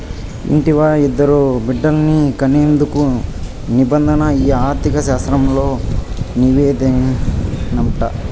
ఇంటివా, ఇద్దరు బిడ్డల్ని కనేందుకు నిబంధన ఈ ఆర్థిక శాస్త్రంలోనిదేనంట